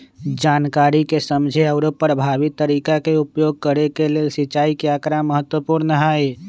जनकारी के समझे आउरो परभावी तरीका के उपयोग करे के लेल सिंचाई के आकड़ा महत्पूर्ण हई